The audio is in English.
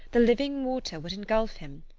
the living water would engulf him,